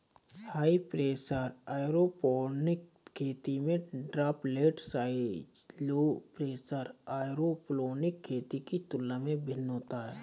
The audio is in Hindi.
हाई प्रेशर एयरोपोनिक खेती में droplet size low pressure aeroponic खेती के तुलना में भिन्न होता है